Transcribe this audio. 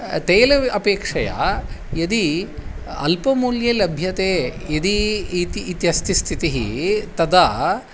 तैल अपेक्षया यदि अल्पमूल्ये लभ्यते यदि इति इत्यस्ति स्थितिः तदा